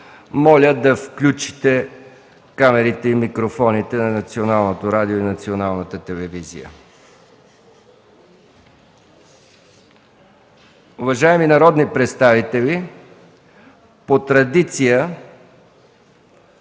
Моля да включите камерите и микрофоните на Националното радио и Националната телевизия. Уважаеми народни представители, по традиция